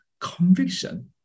conviction